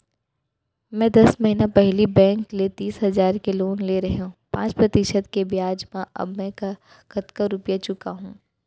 मैं दस महिना पहिली बैंक ले तीस हजार के लोन ले रहेंव पाँच प्रतिशत के ब्याज म अब मैं कतका रुपिया चुका हूँ?